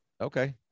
Okay